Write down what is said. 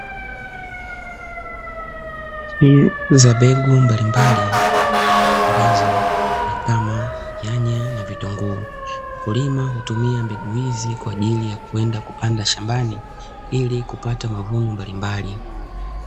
Picha za mbegu mbalimbali ambazo ni kama nyanya na vitunguu, wakulima hutumia mbegu hizi kwa ajili ya kwenda kupanda shambani ili kupata mavuno mbalimbali.